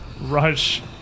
rush